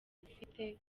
ufite